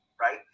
right